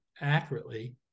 accurately